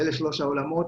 אלה שלוש העולמות.